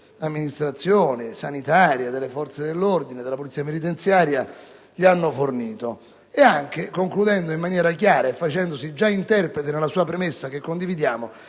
amministrazioni - sanitaria, delle forze dell'ordine e della polizia penitenziaria - gli hanno fornito e concludendo in maniera chiara e facendosi già interprete nella sua premessa - che condividiamo